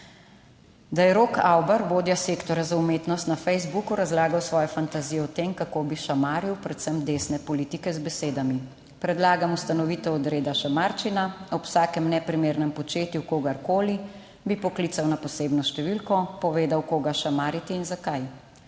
da je Rok Avber, vodja sektorja za umetnost na Facebooku razlagal svoje fantazije o tem, kako bi šamaril predvsem desne politike z besedami, predlagam ustanovitev reda šamarčina, ob vsakem neprimernem početju kogarkoli bi poklical na posebno številko povedal, koga šamariti in zakaj.